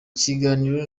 kiganiro